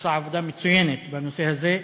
שעושה עבודה מצוינת בנושא הזה,